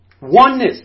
oneness